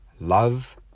love